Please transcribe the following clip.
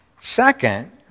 Second